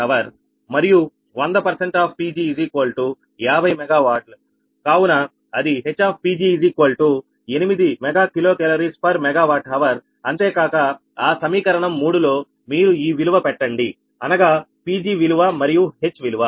6 MkcalMWhrమరియు 100ఆఫ్ Pg50 MWకావున అది HPg8 MkcalMWhrఅంతేకాక ఆ సమీకరణం 3 లో మీరు ఈ విలువ పెట్టండి అనగా Pg విలువ మరియు H విలువ